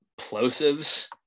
plosives